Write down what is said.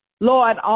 Lord